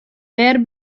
wêr